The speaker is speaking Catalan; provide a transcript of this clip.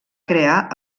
crear